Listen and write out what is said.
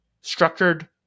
structured